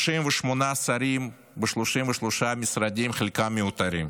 38 שרים ב-33 משרדים, חלקם מיותרים,